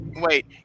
Wait